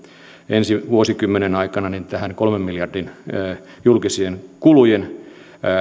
ensi vuosikymmenen aikana näihin kolmen miljardin euron julkisten kulujen